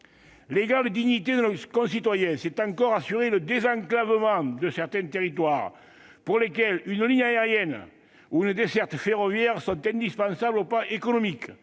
L'égale dignité de nos concitoyens, c'est encore assurer le désenclavement de certains territoires, pour lesquels une ligne aérienne ou une desserte ferroviaire sont indispensables sur le plan économique.